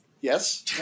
yes